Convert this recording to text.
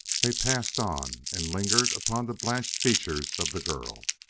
they passed on and lingered upon the blanched features of the girl,